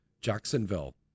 Jacksonville